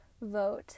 vote